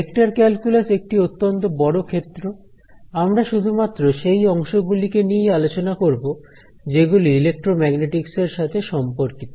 vector calculus একটি অত্যন্ত বড় ক্ষেত্র আমরা শুধুমাত্র সেই অংশগুলিকে নিয়েই আলোচনা করব যেগুলি ইলেক্ট্রোম্যাগনেটিকস সাথে সম্পর্কিত